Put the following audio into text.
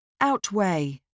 Outweigh